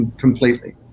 completely